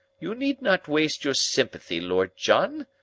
you need not waste your sympathy, lord john.